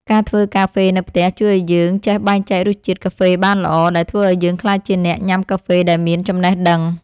ការធ្វើកាហ្វេនៅផ្ទះជួយឱ្យយើងចេះបែងចែករសជាតិកាហ្វេបានល្អ ដែលធ្វើឱ្យយើងក្លាយជាអ្នកញ៉ាំកាហ្វេដែលមានចំណេះដឹង។